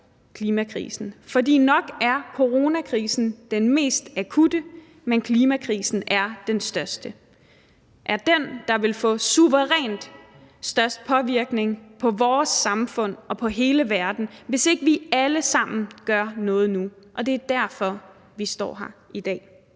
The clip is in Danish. For nok er coronakrisen den mest akutte, men klimakrisen er den største – det er den, der vil have den suverænt største påvirkning på vores samfund og på hele verden, hvis ikke vi alle sammen gør noget nu, og det er derfor, vi står her i dag.